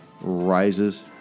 rises